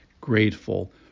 grateful